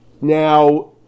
Now